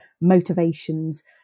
motivations